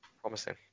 promising